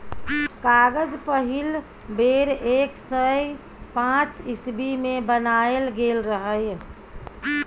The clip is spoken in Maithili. कागज पहिल बेर एक सय पांच इस्बी मे बनाएल गेल रहय